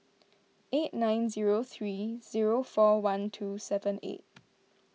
eight nine zero three zero four one two seven eight